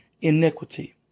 iniquity